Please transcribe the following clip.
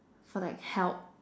for like help